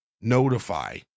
notify